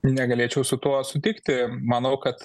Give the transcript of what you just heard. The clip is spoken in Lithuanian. negalėčiau su tuo sutikti manau kad